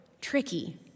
tricky